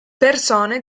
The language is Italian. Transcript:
persone